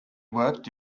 worked